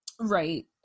right